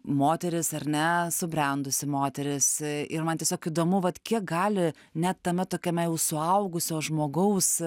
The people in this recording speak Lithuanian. moteris ar ne subrendusi moteris ir man tiesiog įdomu vat kiek gali net tame tokiame jau suaugusio žmogaus